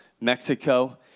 Mexico